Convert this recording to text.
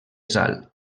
sal